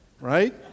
right